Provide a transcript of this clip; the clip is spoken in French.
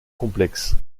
complexe